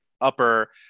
upper